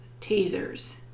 tasers